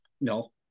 no